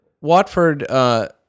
Watford